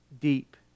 deep